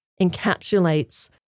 encapsulates